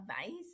advice